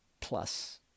Plus